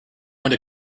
going